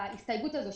וההסתייגות הזו,